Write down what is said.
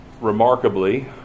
remarkably